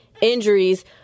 injuries